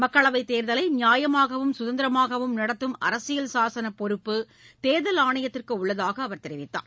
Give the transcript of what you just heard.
மக்களவைத் தேர்தலைநியாயமாகவும் சுதந்திரமாகவும் நடத்தும் அரசியல் சாசனபொறுப்பு தேர்தல் ஆணையத்திற்குஉள்ளதாகஅவர் தெரிவித்தார்